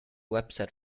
website